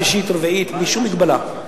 שלישית ורביעית בלי שום מגבלה.